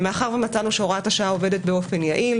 מאחר שמצאנו שהוראת השעה עובדת באופן יעיל